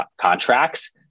contracts